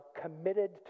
committed